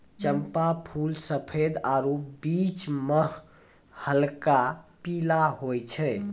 चंपा फूल सफेद आरु बीच मह हल्क पीला होय छै